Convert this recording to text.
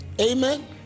Amen